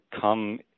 come